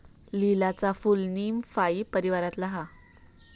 लीलीचा फूल नीमफाई परीवारातला हा